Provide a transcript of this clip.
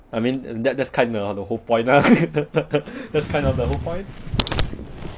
I mean that that's kind of the the whole point lah that's kind of the whole point